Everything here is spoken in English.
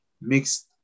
mixed